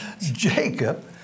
Jacob